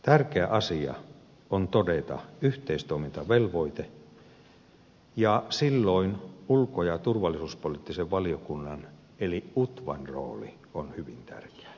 tärkeä asia on todeta yhteistoimintavelvoite ja silloin ulko ja turvallisuuspoliittisen valiokunnan eli utvan rooli on hyvin tärkeä